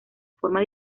forma